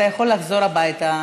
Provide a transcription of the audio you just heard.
אתה יכול לחזור הביתה,